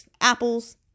apples